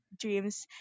dreams